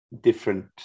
different